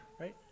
right